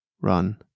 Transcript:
run